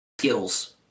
skills